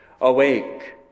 Awake